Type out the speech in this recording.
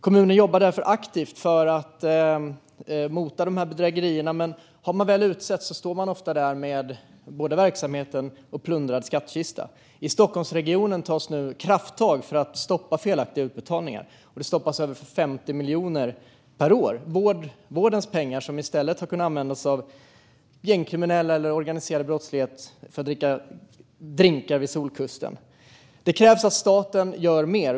Kommunen jobbar därför aktivt för att motverka dessa bedrägerier. Men har man väl blivit utsatt står man ofta där med både verksamheten och en plundrad skattkista. I Stockholmsregionen tas nu krafttag för att stoppa felaktiga utbetalningar. Det handlar om över 50 miljoner kronor per år. Det är vårdens pengar som i stället har kunnat användas av gängkriminella eller organiserad brottslighet för att dricka drinkar vid Solkusten. Det krävs att staten gör mer.